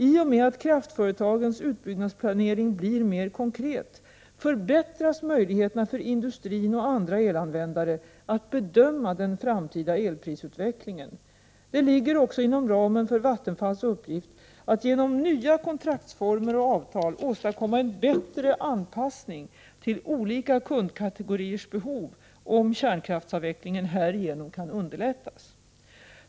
I och med att kraftföretagens utbyggnadsplanering blir mer konkret förbättras möjligheterna för industrin — och andra elanvändare — att bedöma den framtida elprisutvecklingen. Det ligger också inom ramen för Vattenfalls uppgift att genom nya kontraktsformer och avtal åstadkomma en bättre anpassning till olika kundkategoriers behov, om kärnkraftsavvecklingen härigenom kan underlättas.